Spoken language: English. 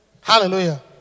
Hallelujah